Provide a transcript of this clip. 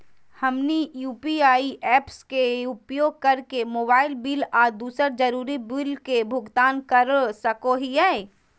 हमनी UPI apps के उपयोग करके मोबाइल बिल आ दूसर जरुरी बिल के भुगतान कर सको हीयई